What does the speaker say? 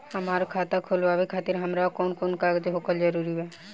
हमार खाता खोलवावे खातिर हमरा पास कऊन कऊन कागज होखल जरूरी बा?